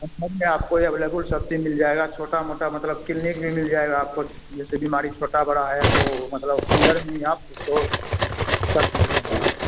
campus में आपको available सब चीज मिल जाएगा छोटा मोटा मतलब किल्निक में मिल जाएगा आपको जैसे बिमारी छोटा बड़ा है तो मतलब अंदर भी आपको सब चीज